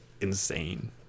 insane